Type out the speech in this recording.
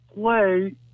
play